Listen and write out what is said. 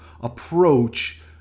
approach